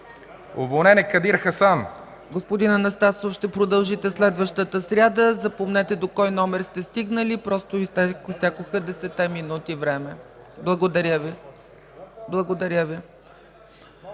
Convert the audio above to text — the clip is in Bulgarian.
Уволнен е Кадир Хасан…